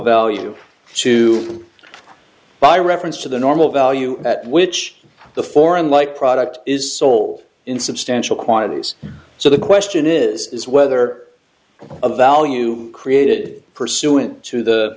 value to the by reference to the normal value at which the foreign light product is sold in substantial quantities so the question is whether the value created pursuant to the